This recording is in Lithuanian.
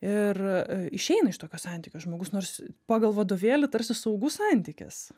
ir išeina iš tokio santykio žmogus nors pagal vadovėlį tarsi saugus santykis